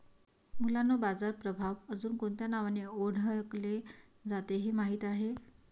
मुलांनो बाजार प्रभाव अजुन कोणत्या नावाने ओढकले जाते हे माहित आहे?